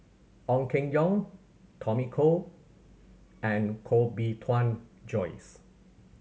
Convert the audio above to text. Ong Keng Yong Tommy Koh and Koh Bee Tuan Joyce